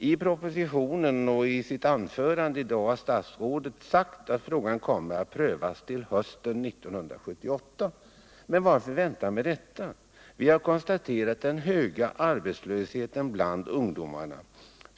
I propositionen och i sitt anförande i dag har statsrådet sagt att frågan kommer att prövas hösten 1978. Men varför vänta? Vi har konstaterat den höga arbetslösheten bland ungdomarna.